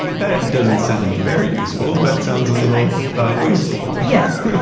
that doesn't sound very useful, that sounds a little ah, wasteful. yeah.